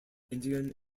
indian